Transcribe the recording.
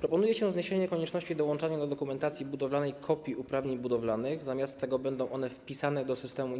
Proponuje się zniesienie konieczności dołączania do dokumentacji budowlanej kopii uprawnień budowlanych, zamiast tego będą one wpisane do systemu